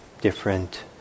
different